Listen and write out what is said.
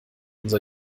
unser